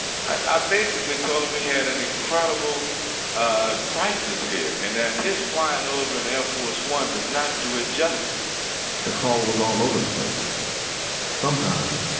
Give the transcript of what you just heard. i basically told him we had an incredible ah crisis here, and that his flying over in air force one does not do it justice and the call was all over the place. and sometimes,